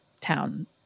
town